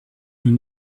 nous